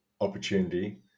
opportunity